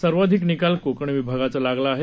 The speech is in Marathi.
सर्वाधिक निकाल कोकण विभागाचा लागला आहे